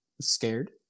scared